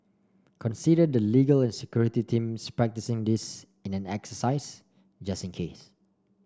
consider the legal and security teams practising this in an exercise just in case